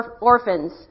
orphans